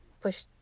push